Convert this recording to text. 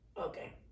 okay